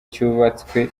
cyubatswe